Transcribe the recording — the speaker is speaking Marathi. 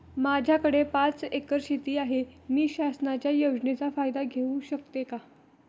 माझ्याकडे पाच एकर शेती आहे, मी शासनाच्या योजनेचा फायदा घेऊ शकते का?